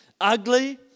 ugly